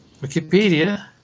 Wikipedia